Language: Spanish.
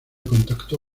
contactó